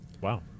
Wow